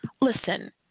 Listen